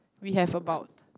we have about